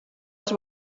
als